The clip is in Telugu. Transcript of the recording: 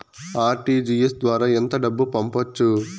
ఆర్.టీ.జి.ఎస్ ద్వారా ఎంత డబ్బు పంపొచ్చు?